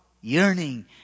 yearning